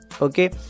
Okay